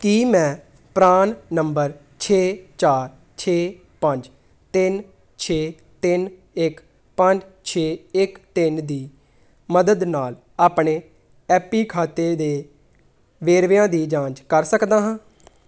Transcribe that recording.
ਕੀ ਮੈਂ PRAN number ਛੇ ਚਾਰ ਛੇ ਪੰਜ ਤਿੰਨ ਛੇ ਤਿੰਨ ਇੱਕ ਪੰਜ ਛੇ ਇੱਕ ਤਿੰਨ ਦੀ ਮਦਦ ਨਾਲ ਆਪਣੇ ਐਪੀ ਖਾਤੇ ਦੇ ਵੇਰਵਿਆਂ ਦੀ ਜਾਂਚ ਕਰ ਸਕਦਾ ਹਾਂ